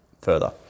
further